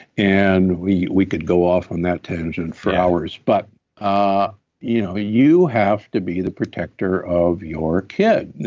and we we could go off on that tangent for hours, but ah you know you have to be the protector of your kid.